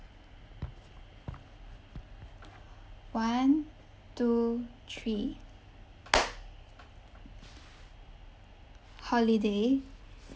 one two three holiday